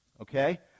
okay